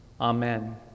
Amen